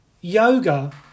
yoga